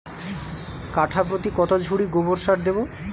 কাঠাপ্রতি কত ঝুড়ি গোবর সার দেবো?